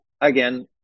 again